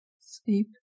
sleep